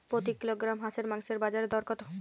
প্রতি কিলোগ্রাম হাঁসের মাংসের বাজার দর কত?